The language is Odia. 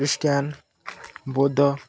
ଖ୍ରୀଷ୍ଟିଆନ ବୌଦ୍ଧ